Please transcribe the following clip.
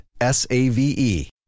S-A-V-E